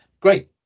great